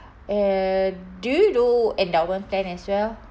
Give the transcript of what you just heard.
and do you do endowment plan as well